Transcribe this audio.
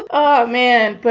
ah oh man, but